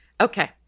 okay